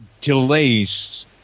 delays